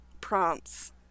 prompts